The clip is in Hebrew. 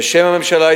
בשם הממשלה,